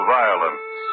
violence